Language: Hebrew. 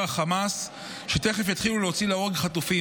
החמאס שתכף יתחילו להוציא להורג חטופים.